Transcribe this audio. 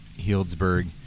Healdsburg